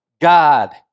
God